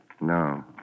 No